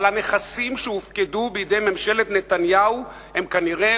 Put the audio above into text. אבל הנכסים שהופקדו בידי ממשלת נתניהו הם כנראה